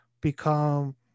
become